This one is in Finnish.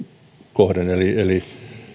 kohden eli eli